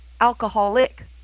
alcoholic